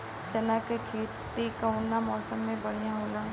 चना के खेती कउना मौसम मे बढ़ियां होला?